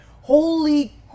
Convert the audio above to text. Holy